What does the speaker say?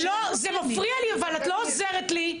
זה מפריע לי, את לא עוזרת לי.